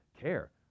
care